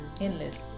endless